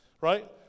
right